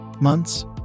Months